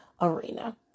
arena